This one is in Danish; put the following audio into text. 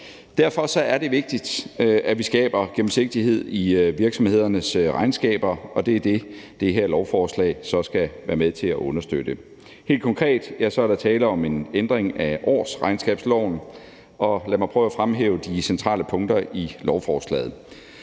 Derfor er det vigtigt, at vi skaber gennemsigtighed i virksomhedernes regnskaber, og det er det, det her lovforslag så skal være med til at understøtte. Helt konkret er der tale om en ændring af årsregnskabsloven, og lad mig prøve at fremhæve de centrale punkter i lovforslaget.